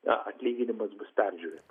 na atlyginimas bus peržiūrėtas